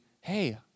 hey